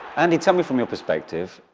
and tell me from your perspective,